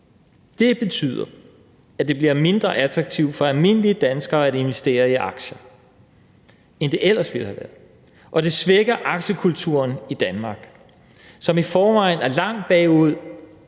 Det betyder, at det bliver mindre attraktivt for almindelige danskere at investere i aktier, end det ellers ville have været, og det svækker aktiekulturen i Danmark, som i forvejen er langt bagud